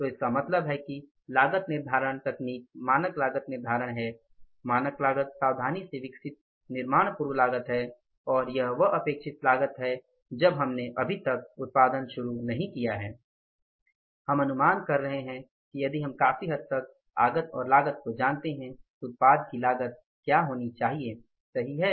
तो इसका मतलब है कि लागत निर्धारण तकनीक मानक लागत निर्धारण है मानक लागत सावधानी से विकसित निर्माण पूर्व लागत है और यह वह अपेक्षित लागत है जब हमने अभी तक उत्पादन शुरू नहीं किया है हम अनुमान कर रहे हैं कि यदि हम काफी हद तक आगत लागत को जानते हैं तो उत्पाद की लागत क्या होनी चाहिए सही है